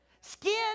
Skin